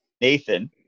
Nathan